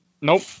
nope